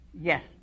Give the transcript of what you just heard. Yes